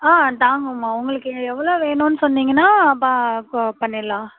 ஆ தாங்கம்மா உங்களுக்கு எவ்வளோ வேணும்ன்னு சொன்னிங்கனா ப க பண்ணிரலாம்